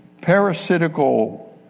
parasitical